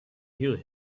hear